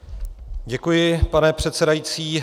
Děkuji, pane předsedající.